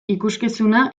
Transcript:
ikuskizuna